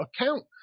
account